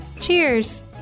Cheers